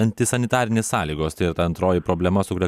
antisanitarinės sąlygos tai ta antroji problema su kuria